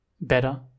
Better